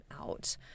out